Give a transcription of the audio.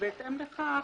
ובהתאם לכך